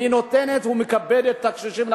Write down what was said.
והיא נותנת ומכבדת את הקשישים.